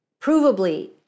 provably